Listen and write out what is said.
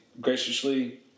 graciously